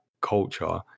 culture